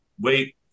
wait